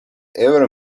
ever